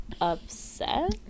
upset